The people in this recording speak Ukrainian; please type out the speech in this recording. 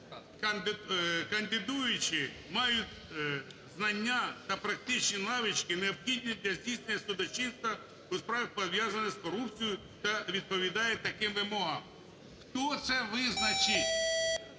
"Кандидуючі мають знання та практичні навички, необхідні для здійснення судочинства у справах, пов'язаних з корупцією, та відповідають таким вимогам…" Хто це визначить?